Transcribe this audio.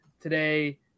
today